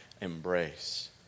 embrace